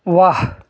वाह